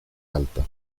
alta